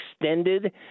extended